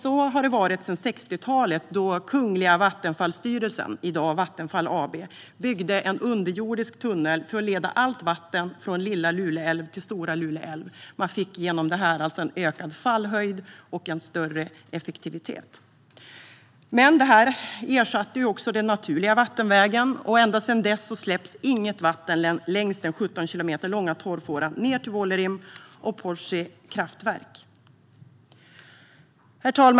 Så har det varit sedan 60-talet, då Kungliga Vattenfallstyrelsen, i dag Vattenfall AB, byggde en underjordisk tunnel för att leda allt vatten från Lilla Luleälven till Stora Luleälven. Man fick i och med detta en ökad fallhöjd och en större effektivitet. Detta ersatte den naturliga vattenvägen, och sedan dess släpps inget vatten längs den 17 kilometer långa torrfåran ned till Vuollerim och Porsi kraftverk.